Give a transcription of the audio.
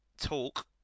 talk